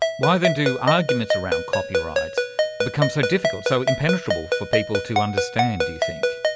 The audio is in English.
why then do arguments around copyright becomes so difficult, so impenetrable for people to understand, do you think?